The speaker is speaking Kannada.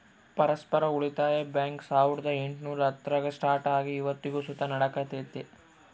ಪರಸ್ಪರ ಉಳಿತಾಯ ಬ್ಯಾಂಕ್ ಸಾವುರ್ದ ಎಂಟುನೂರ ಹತ್ತರಾಗ ಸ್ಟಾರ್ಟ್ ಆಗಿ ಇವತ್ತಿಗೂ ಸುತ ನಡೆಕತ್ತೆತೆ